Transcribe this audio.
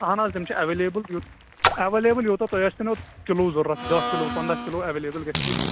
اَہَن حظ تِم چھِ ایویلیبٕل یوٗت ایویلیبٕل یوٗتاہ تۅہہِ آسنو کِلوٗ ضروٗرت دَہ کِلوٗ پنٛداہ کِلوٗ ایویلیبٕل گژھِ ییٚتی